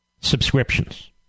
subscriptions